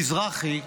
מזרחי,